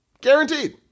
Guaranteed